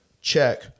check